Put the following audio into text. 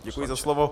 Děkuji za slovo.